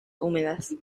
húmedas